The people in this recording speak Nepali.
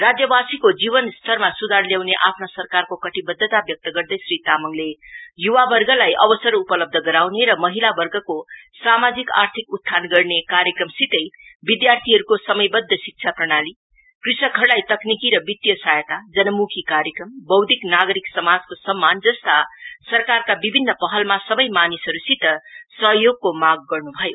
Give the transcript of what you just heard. राज्यवासीको जीवनस्तरमा सुधार ल्याउने आफ्ना सरकारको क्रतिबध्दता व्यक्त गर्दै श्री तामाङले य्वावर्गलाई अवसर उपलब्ध गराउने र महिला वर्गको सामाजिक आर्थिक उत्थान गर्ने कार्यक्रमसितै विधार्थीहरुको समयवध्द शिक्षा प्रणाली कृषकहरुलाई तकनिकी र वितीय सहायता जनमूखी कायक्रमवौधिक नागरिक समाजको सम्मान जस्ता सरकारका विभिन्न पहलमा सबै मानिसहरुसित सहयोगको माग गर्नु भयो